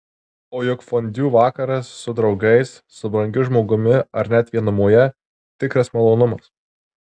o juk fondiu vakaras su draugais su brangiu žmogumi ar net vienumoje tikras malonumas